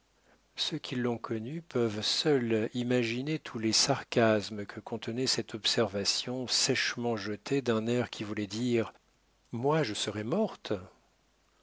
ceux qui l'ont connue peuvent seuls imaginer tous les sarcasmes que contenait cette observation sèchement jetée d'un air qui voulait dire moi je serais morte